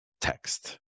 text